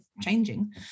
changing